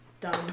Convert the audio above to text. Done